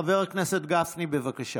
חבר הכנסת גפני, בבקשה.